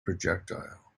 projectile